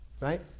Right